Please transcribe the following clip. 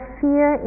fear